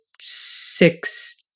six